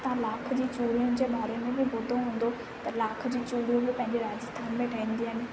ऐं तव्हां लाख जी चूड़ियुनि जे बारे में बि ॿुधो हूंदो त लाख जूं चूड़ियूं बि पंजे राजस्थान में ठहींदियूं आहिनि